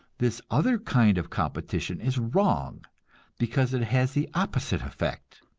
this other kind of competition is wrong because it has the opposite effect.